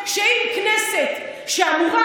שאם כנסת שאמורה,